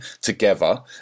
together